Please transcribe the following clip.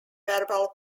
verbal